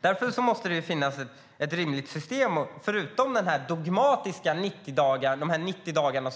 Därför måste det finnas ett rimligt system förutom de dogmatiska 90 dagarna